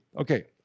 okay